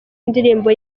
indirimbo